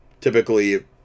Typically